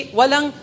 walang